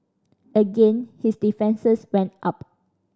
again his defences went up